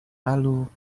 lalu